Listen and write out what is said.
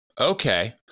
Okay